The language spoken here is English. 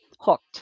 hooked